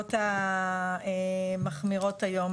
הנסיבות המחמירות היום.